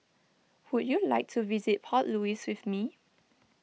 would you like to visit Port Louis with me